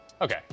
Okay